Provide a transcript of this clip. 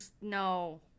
No